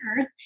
earth